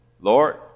Lord